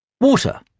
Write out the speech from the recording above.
Water